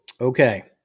Okay